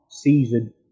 season